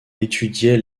étudiait